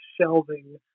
shelving